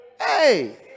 hey